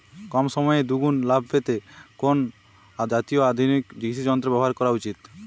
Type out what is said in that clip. কম সময়ে দুগুন লাভ পেতে কোন জাতীয় আধুনিক কৃষি যন্ত্র ব্যবহার করা উচিৎ?